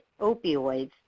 opioids